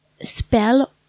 spell